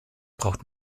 braucht